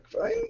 Fine